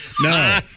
No